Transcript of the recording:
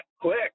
quick